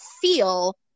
feel